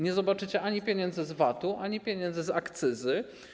Nie zobaczycie ani pieniędzy z VAT-u, ani pieniędzy z akcyzy.